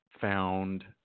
found